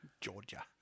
Georgia